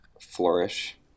Flourish